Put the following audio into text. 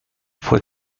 fue